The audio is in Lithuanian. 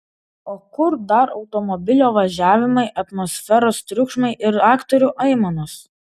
o kur dar automobilio važiavimai atmosferos triukšmai ir aktorių aimanos